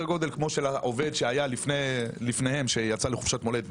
גודל כמו של העובד שהיה לפניהם שיצא לחופשת מולדת,